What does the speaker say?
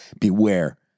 Beware